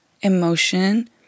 emotion